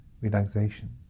relaxation